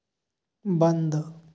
बंद